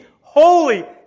holy